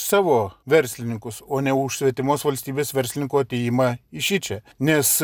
savo verslininkus o ne už svetimos valstybės verslininkų atėjimą į šičia nes